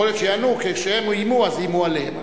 יכול להיות שיענו: כשהם איימו, אז איימו עליהם.